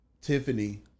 Tiffany